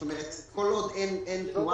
כלומר כל עוד אין תנועה,